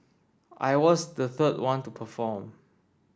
I was the third one to perform